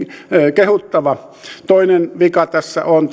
kehuttava toinen puute tässä on